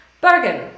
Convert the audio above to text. bargain